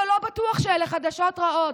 אבל לא בטוח שאלה חדשות רעות.